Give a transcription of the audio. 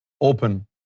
open